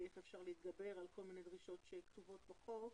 איך אפשר להתגבר על כל מיני דרישות שקבועות בחוק.